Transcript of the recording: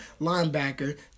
linebacker